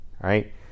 right